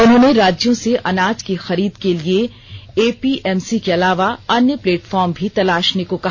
उन्होंने राज्यों से अनाज की खरीद के लिए ए पी एम सी के अलावा अन्य प्लेटफार्म भी तलाषने को कहा